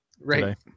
Right